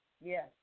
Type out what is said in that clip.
Yes